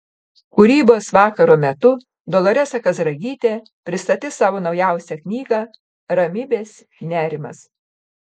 kūrybos vakaro metu doloresa kazragytė pristatys savo naujausią knygą ramybės nerimas